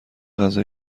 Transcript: غذای